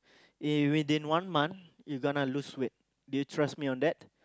in within one month you gonna lose weight do you trust me on that